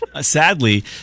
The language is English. Sadly